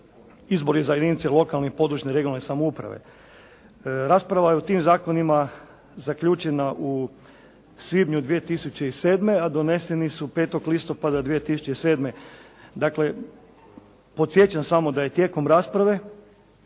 izbori za jedinice lokalne i područne regionalne samouprave. Rasprava je o tim zakonima zaključena u svibnju 2007. a doneseni su 5. listopada 2007. Dakle podsjećam samo da je tijekom rasprave